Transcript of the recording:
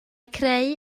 creu